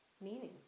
meaning